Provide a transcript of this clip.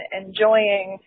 enjoying